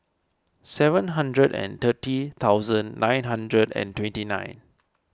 seven hundred and thirty thousand nine hundred and twenty nine